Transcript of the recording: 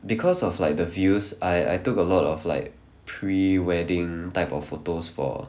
because of like the views I I took a lot of like pre-wedding type of photos for